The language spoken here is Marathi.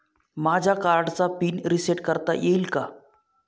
माझ्या कार्डचा पिन रिसेट करता येईल का?